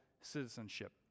citizenship